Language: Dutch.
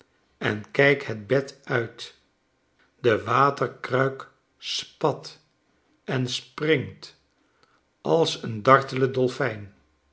en kijk het bed uit de waterkruik spat en springt als een dartele dolfijn